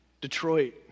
Detroit